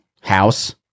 house